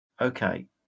Okay